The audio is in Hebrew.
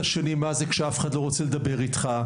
השני מה זה כשאף אחד לא רוצה לדבר איתך,